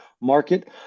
market